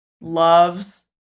loves